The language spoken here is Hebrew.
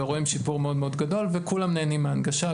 ורואים שיפור מאוד מאוד גדול וכולם נהנים מהנגשה,